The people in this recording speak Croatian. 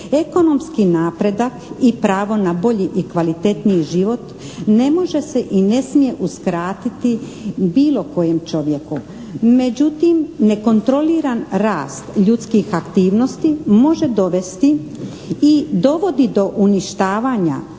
Ekonomski napredak i pravo na bolji i kvalitetniji život ne može se i ne smije uskratiti bilo kojem čovjeku. Međutim nekontroliran rast ljudskih aktivnosti može dovesti i dovodi do uništavanja